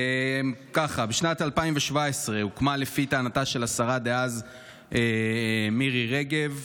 בשנת 2017 הוקמה, לפי טענתה של השרה דאז מירי רגב,